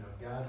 God